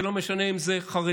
זה לא משנה אם זה חרדים,